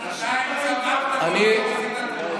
שנתיים צווחת ולא עשית כלום,